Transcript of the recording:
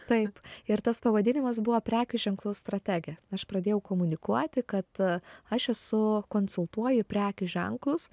taip ir tas pavadinimas buvo prekių ženklų strategė aš pradėjau komunikuoti kad aš esu konsultuoju prekių ženklus